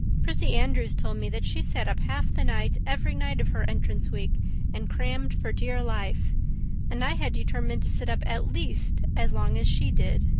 prissy andrews told me that she sat up half the night every night of her entrance week and crammed for dear life and i had determined to sit up at least as long as she did.